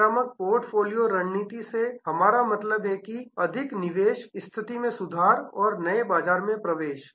आक्रामक पोर्टफोलियो रणनीति से हमारा मतलब है कि अधिक निवेश स्थिति में सुधार नए बाजार में प्रवेश